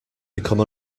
become